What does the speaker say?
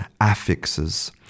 affixes